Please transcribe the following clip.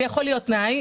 זה יכול להיות תנאי,